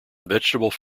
vegetables